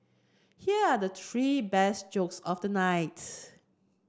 here are the three best jokes of the night